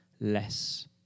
less